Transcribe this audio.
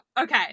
Okay